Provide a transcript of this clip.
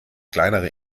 kleinere